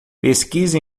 pesquise